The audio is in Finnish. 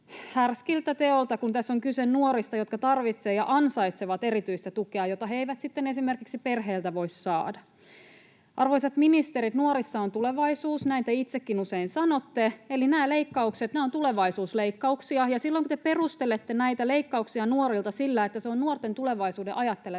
härskiltä teolta, kun tässä on kyse nuorista, jotka tarvitsevat ja ansaitsevat erityistä tukea, jota he eivät sitten esimerkiksi perheeltä voi saada. Arvoisat ministerit, nuorissa on tulevaisuus, näin te itsekin usein sanotte, eli nämä leikkaukset ovat tulevaisuusleikkauksia. Silloin, kun te perustelette näitä leikkauksia nuorilta sillä, että se on nuorten tulevaisuuden ajattelemista,